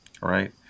Right